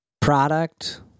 product